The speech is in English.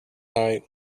night